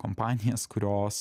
kompanijas kurios